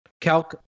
Calc